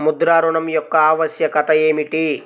ముద్ర ఋణం యొక్క ఆవశ్యకత ఏమిటీ?